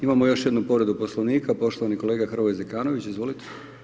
Imamo još jednu povredu Poslovnika, poštovani kolega Hrvoje Zekanović, izvolite.